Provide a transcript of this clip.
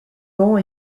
banc